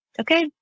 okay